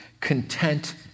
content